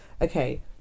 Okay